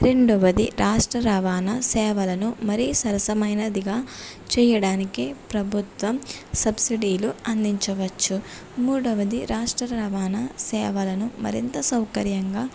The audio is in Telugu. రెండవది రాష్ట్ర రవాణా సేవలను మరీ సరసమైనదిగా చేయడానికి ప్రభుత్వం సబ్సిడీలు అందించవచ్చు మూడవది రాష్ట్ర రవాణా సేవలను మరింత సౌకర్యంగా